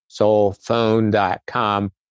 soulphone.com